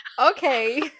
Okay